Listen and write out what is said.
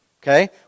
okay